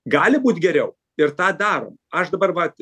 gali būt geriau ir tą darom aš dabar vat